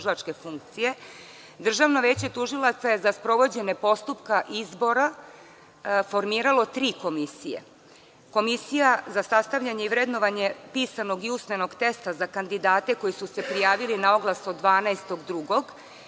Državno veće tužilaca je za sprovođenje postupka izbora formiralo tri komisije: komisija za sastavljanje i vrednovanje pisanog i usmenog testa za kandidate koji su se prijavili na oglas od 12.